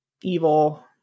evil